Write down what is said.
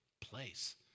place